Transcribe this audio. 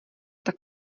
tak